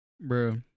Bro